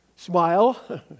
Smile